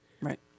Right